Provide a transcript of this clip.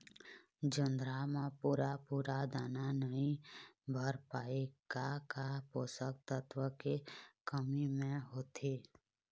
जोंधरा म पूरा पूरा दाना नई भर पाए का का पोषक तत्व के कमी मे होथे?